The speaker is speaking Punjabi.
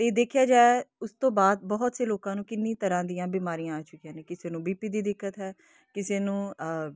ਅਤੇ ਦੇਖਿਆ ਜਾਵੇ ਉਸ ਤੋਂ ਬਾਅਦ ਬਹੁਤ ਸੇ ਲੋਕਾਂ ਨੂੰ ਕਿੰਨੀ ਤਰ੍ਹਾਂ ਦੀਆਂ ਬਿਮਾਰੀਆਂ ਆ ਚੁੱਕੀਆਂ ਨੇ ਕਿਸੇ ਨੂੰ ਬੀ ਪੀ ਦੀ ਦਿੱਕਤ ਹੈ ਕਿਸੇ ਨੂੰ